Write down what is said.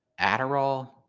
Adderall